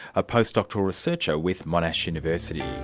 a post-doctoral researcher with monash university.